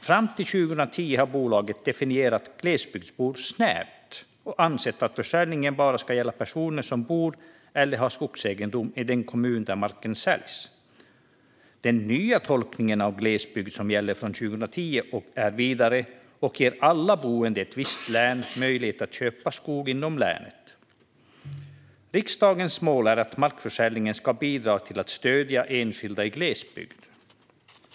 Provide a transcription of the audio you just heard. Fram till 2010 har bolaget definierat glesbygdsbor snävt och ansett att försäljning bara ska gälla personer som bor eller har skogsegendom i den kommun där marken säljs. Den nya tolkningen av glesbygd som gäller från 2010 är vidare och ger alla boende i ett visst län möjlighet att köpa skog inom länet. Riksdagens mål är att markförsäljningen ska bidra till att stödja enskilda i glesbygd.